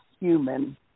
human